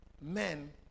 men